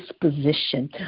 disposition